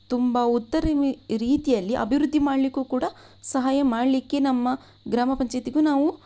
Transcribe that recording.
ತುಂಬ ಉತ್ತಮ ರೀತಿಯಲ್ಲಿ ಅಭಿವೃದ್ಧಿ ಮಾಡಲಿಕ್ಕೂ ಕೂಡ ಸಹಾಯ ಮಾಡಲಿಕ್ಕೆ ನಮ್ಮ ಗ್ರಾಮ ಪಂಚಾಯತಿಗೂ ನಾವು